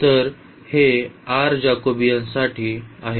तर हे r जेकोबियनसाठी आहे